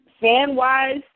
fan-wise